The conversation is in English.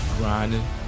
grinding